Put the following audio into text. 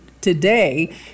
today